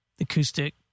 acoustic